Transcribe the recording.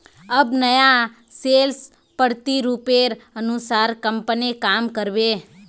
अब नया सेल्स प्रतिरूपेर अनुसार कंपनी काम कर बे